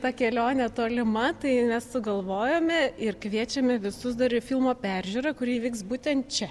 ta kelionė tolima tai mes sugalvojome ir kviečiame visus dar į filmo peržiūrą kuri įvyks būtent čia